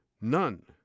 None